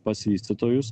pas vystytojus